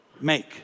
make